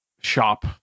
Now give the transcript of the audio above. shop